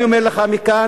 אני אומר לך מכאן: